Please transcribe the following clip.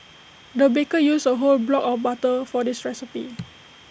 the baker used A whole block of butter for this recipe